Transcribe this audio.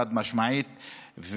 חד-משמעית,